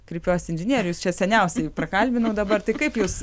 kreipiuosi inžinierių jus čia seniausiai prakalbinau dabar tai kaip jūs